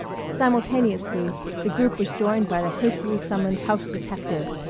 simultaneously the group was joined by the hastily summoned house-detective,